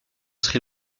sri